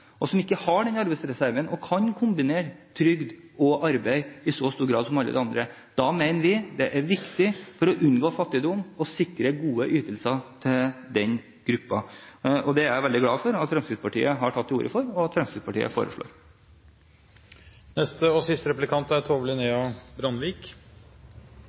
og som ikke har noen arbeidsreserve og kan kombinere trygd og arbeid i så stor grad som alle de andre. Da mener vi det er viktig, for å unngå fattigdom, å sikre gode ytelser til den gruppen. Det er jeg veldig glad for at Fremskrittspartiet har tatt til orde for, og at Fremskrittspartiet foreslår. Det var for så vidt bra å få høre Robert Erikssons innlegg, og